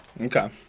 Okay